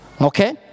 okay